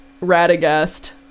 Radagast